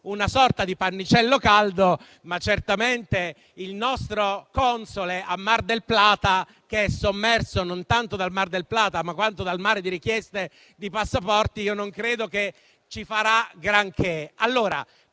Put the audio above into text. una sorta di pannicello caldo: certamente il nostro console a Mar del Plata, che è sommerso non tanto dal Mar del Plata, quanto dal mare di richieste di passaporti, non credo che ci farà granché.